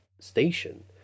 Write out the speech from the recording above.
station